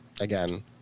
again